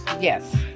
Yes